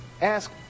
ask